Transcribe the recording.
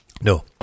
No